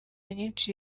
nyinshi